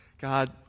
God